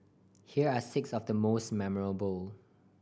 here are six of the most memorable